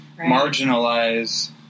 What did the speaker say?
marginalize